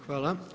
Hvala.